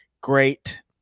great